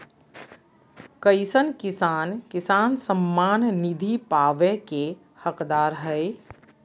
कईसन किसान किसान सम्मान निधि पावे के हकदार हय?